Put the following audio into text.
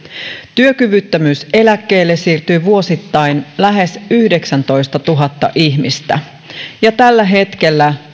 työkyvyttömyyseläkkeelle siirtyy vuosittain lähes yhdeksäntoistatuhatta ihmistä ja tällä hetkellä